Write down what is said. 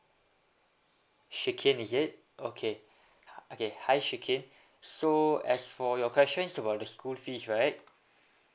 shikin is it okay hi okay hi shikin so as for your questions about the school fees right